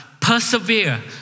Persevere